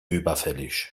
überfällig